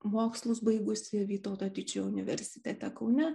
mokslus baigusį vytauto didžiojo universitete kaune